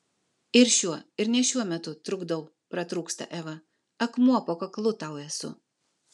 ir šiuo ir ne šiuo metu trukdau pratrūksta eva akmuo po kaklu tau esu